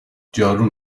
جارو